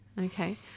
Okay